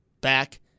back